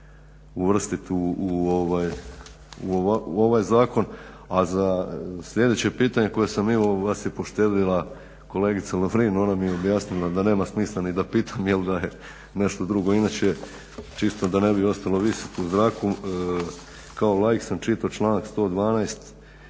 uvrstiti u ovaj zakon. A sljedeće pitanje koje sam imao vas je poštedila kolegica Lovrin, ona mi je objasnila da nema smisla ni da pitam jer da je nešto drugo. Inače, čisto da ne bi ostalo visjeti u zraku, kao laik sam čitao članak 112.